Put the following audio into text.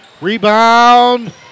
Rebound